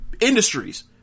industries